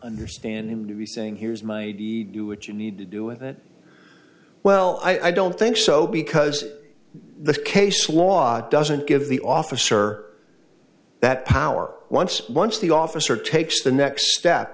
understand him to be saying here's my you what you need to do with it well i don't think so because the case law doesn't give the officer that power once once the officer takes the next step